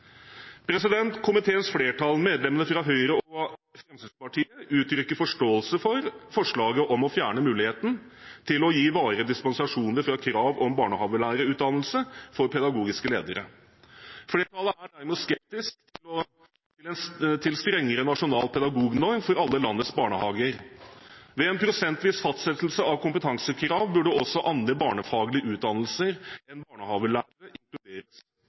Komiteens flertall, medlemmene fra Høyre og Fremskrittspartiet, uttrykker forståelse for forslaget om å fjerne muligheten til å gi varige dispensasjoner fra krav om barnehagelærerutdannelse for pedagogiske ledere. Flertallet er derimot skeptisk til en strengere nasjonal pedagognorm for alle landets barnehager. Ved en prosentvis fastsettelse av kompetansekrav burde også andre barnefaglige utdannelser enn barnehagelærer inkluderes.